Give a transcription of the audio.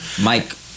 Mike